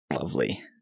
lovely